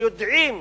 ושיודעים